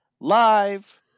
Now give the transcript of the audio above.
Live